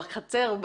בחצר,